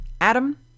adam